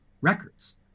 records